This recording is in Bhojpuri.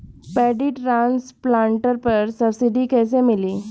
पैडी ट्रांसप्लांटर पर सब्सिडी कैसे मिली?